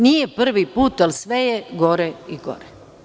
Nije prvi put, ali sve je gore i gore.